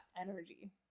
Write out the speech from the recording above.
energy